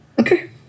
Okay